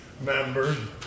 members